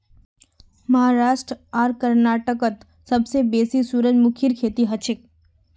महाराष्ट्र आर कर्नाटकत सबसे बेसी सूरजमुखीर खेती हछेक